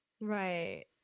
right